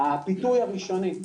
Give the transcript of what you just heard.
הפיתוי הראשוני.